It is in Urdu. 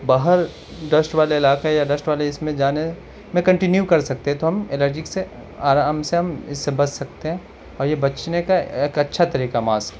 باہر ڈسٹ والے علاقے یا ڈسٹ والے اس میں جانے میں کنٹینیو کر سکتے ہیں تو ہم الرجک سے آرام سے ہم اس سے بچ سکتے ہیں اور یہ بچنے کا ایک اچھا طریقہ ہے ماسک